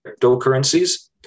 cryptocurrencies